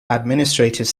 administrative